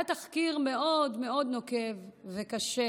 היה תחקיר מאוד מאוד נוקב וקשה